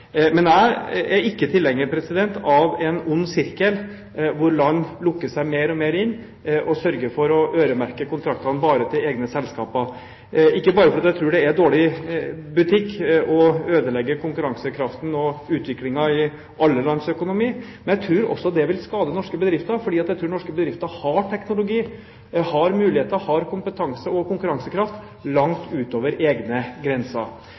Jeg er ikke tilhenger av en ond sirkel hvor land lukker seg mer og mer inne og sørger for å øremerke kontraktene bare til egne selskaper, ikke bare fordi jeg tror det er dårlig butikk å ødelegge konkurransekraften og utviklingen i alle lands økonomi, men jeg tror også det vil skade norske bedrifter, for jeg tror norske bedrifter har teknologi, muligheter, kompetanse og konkurransekraft langt utover egne grenser.